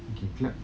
okay clap